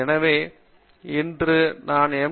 எனவே இன்று நான் எம்